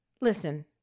listen